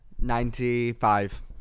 Ninety-five